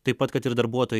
taip pat kad ir darbuotojai